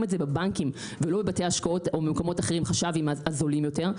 את זה בבנקים ולא בבתי השקעות או במקומות אחרים הזולים יותר,